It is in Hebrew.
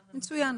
מצוין.